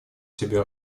себе